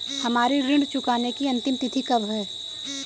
हमारी ऋण चुकाने की अंतिम तिथि कब है?